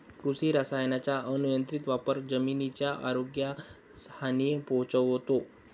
कृषी रसायनांचा अनियंत्रित वापर जमिनीच्या आरोग्यास हानी पोहोचवतो